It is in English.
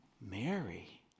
Mary